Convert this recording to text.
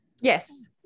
Yes